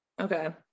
okay